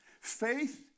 faith